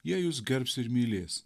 jie jus gerbs ir mylės